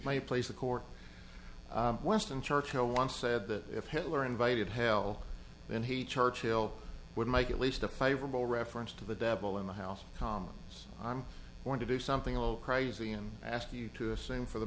my place the court west and churchill once said that if hitler invaded hell then he churchill would make at least a favorable reference to the devil in the house calm so i'm going to do something a little crazy and ask you to assume for the